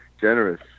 generous